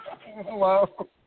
Hello